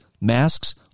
masks